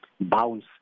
bounce